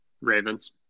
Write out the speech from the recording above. Ravens